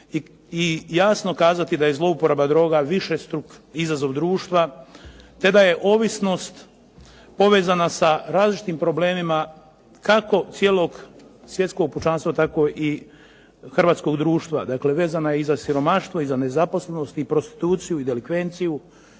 i jasno kazati da je zlouporaba droga višestruk izazov društva te da je ovisnost povezana sa različitim problemima, kako cijelog svjetskog pučanstva tako i hrvatskog društva. Dakle, vezana je i za siromaštvo i za nezaposlenost i prostituciju i delikvenciju